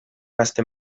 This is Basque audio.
hasten